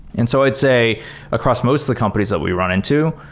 and so i'd say across most of the companies that we run into,